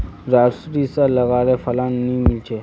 सारिसा लगाले फलान नि मीलचे?